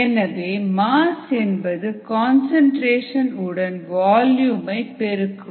எனவே மாஸ் என்பது கன்சன்ட்ரேஷன் உடன் வால்யுமை பெருக்குவது